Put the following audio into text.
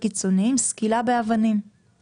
לשמר את הסטטוס קוו הכללי במדינת ישראל".